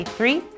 Three